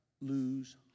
lose